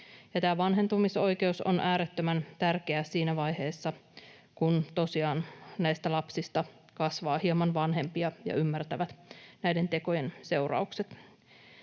Tämä vanhentumisaika on äärettömän tärkeä siinä vaiheessa, kun tosiaan näistä lapsista kasvaa hieman vanhempia ja he ymmärtävät näiden tekojen seuraukset